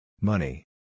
Money